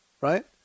right